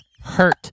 hurt